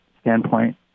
standpoint